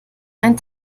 einen